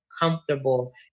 comfortable